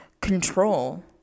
control